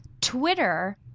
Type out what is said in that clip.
Twitter